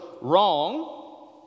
wrong